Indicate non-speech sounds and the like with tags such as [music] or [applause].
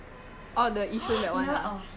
[noise] you never orh you got eat before